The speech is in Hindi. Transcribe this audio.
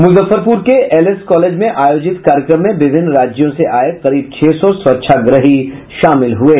मुजफ्फरपुर के एलएस कॉलेज में आयोजित कार्यक्रम मे विभिन्न राज्यों से आये करीब छह सौ स्वच्छाग्रही शामिल हुये